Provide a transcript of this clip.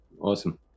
Awesome